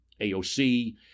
AOC